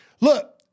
Look